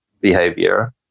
behavior